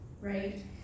right